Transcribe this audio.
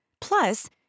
Plus